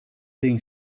than